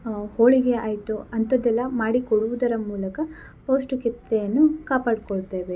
ಹೋಳಿಗೆ ಆಯಿತು ಅಂಥದ್ದೆಲ್ಲ ಮಾಡಿಕೊಡುವುದರ ಮೂಲಕ ಪೌಷ್ಟಿಕತೆಯನ್ನು ಕಾಪಾಡಿಕೊಳ್ತೇವೆ